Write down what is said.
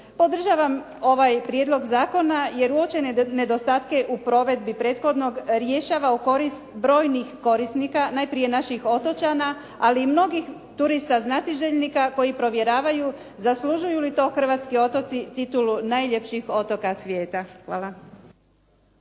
Podržavam ovaj prijedlog zakona jer uočene nedostatke u provedbi prethodnog rješava u korist brojnih korisnika, najprije naših otočana, ali i mnogih turista znatiželjnika koji provjeravaju zaslužuju li to hrvatski otoci titulu najljepših otoka svijeta. Hvala.